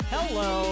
Hello